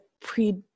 pre